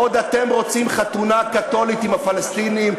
בעוד אתם רוצים חתונה קתולית עם הפלסטינים.